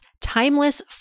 timeless